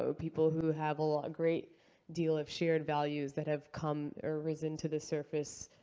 so people who have a great deal of shared values that have come, or risen to the surface,